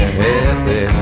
happy